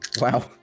Wow